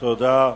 תודה.